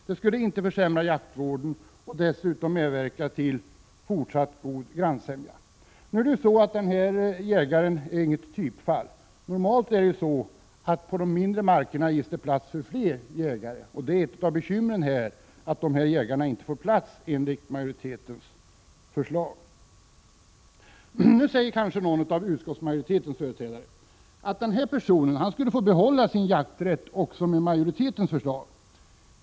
Det skulle inte försämra jaktvården, och det skulle dessutom medverka till fortsatt god grannsämja. Men den här jägaren är egentligen inte något typfall. På de mindre markerna ges det normalt plats för flera jägare, och ett av bekymren är att dessa inte tillgodoses med majoritetens förslag. Nu säger kanske någon av utskottsmajoritetens företrädare att den här personen skulle få behålla sin jakträtt också med majoritetens förslag.